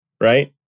right